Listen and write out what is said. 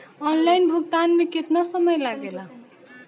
Online भुगतान में केतना समय लागेला?